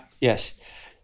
Yes